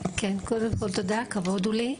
קודם כול, תודה, כבוד הוא לי.